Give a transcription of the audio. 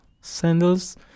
sandals